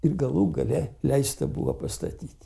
ir galų gale leista buvo pastatyt